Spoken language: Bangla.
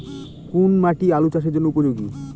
কোন মাটি আলু চাষের জন্যে উপযোগী?